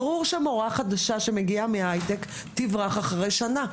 ברור שמורה חדשה שמגיעה מהייטק תברח אחרי שנה.